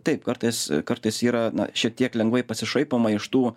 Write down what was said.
taip kartais kartais yra šiek tiek lengvai pasišaipoma iš tų